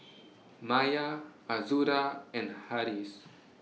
Maya Azura and Harris